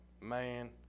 man